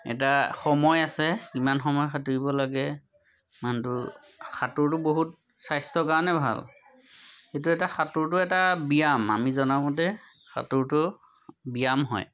এটা সময় আছে কিমান সময় সাঁতুৰিব লাগে ইমানটো সাঁতোৰটো বহুত স্বাস্থ্যৰ কাৰণে ভাল সেইটো এটা সাঁতোৰটো এটা ব্যায়াম আমি জনামতে সাঁতোৰটো ব্যায়াম হয়